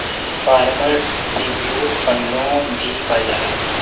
farmer tribute फ़ंडो भी कहल जाला